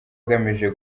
agamije